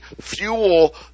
fuel